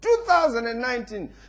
2019